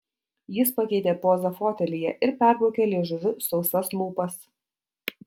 jis pakeitė pozą fotelyje ir perbraukė liežuviu sausas lūpas